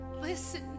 Listen